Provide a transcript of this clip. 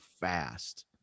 fast